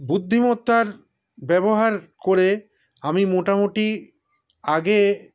বুদ্ধিমত্তার ব্যবহার করে আমি মোটামুটি আগে